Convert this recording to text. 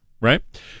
right